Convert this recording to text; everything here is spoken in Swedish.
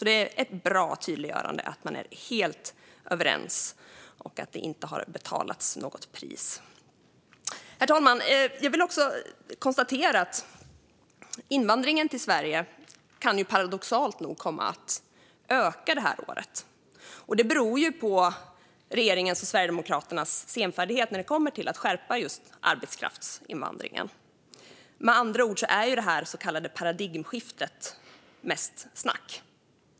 Det är ett bra tydliggörande att man är helt överens och att det inte har betalats något pris. Herr talman! Jag vill också konstatera att invandringen till Sverige paradoxalt nog kan komma att öka detta år. Det beror på regeringens och Sverigedemokraternas senfärdighet när det gäller att just skärpa arbetskraftsinvandringen. Med andra ord är det så kallade paradigmskiftet mest snack.